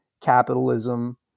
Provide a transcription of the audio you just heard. capitalism